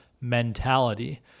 mentality